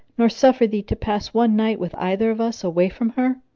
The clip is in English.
nor suffer thee to pass one night with either of us, away from her?